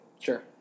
Sure